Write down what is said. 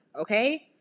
okay